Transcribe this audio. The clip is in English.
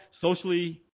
socially